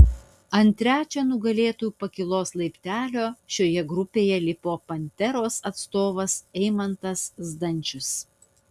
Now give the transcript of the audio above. ant trečio nugalėtojų pakylos laiptelio šioje grupėje lipo panteros atstovas eimantas zdančius